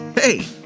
Hey